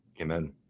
amen